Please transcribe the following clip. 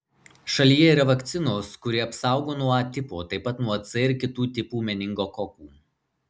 šalyje yra vakcinos kuri apsaugo nuo a tipo taip pat nuo c ir kitų tipų meningokokų